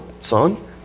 son